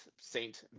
saint